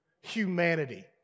Humanity